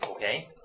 Okay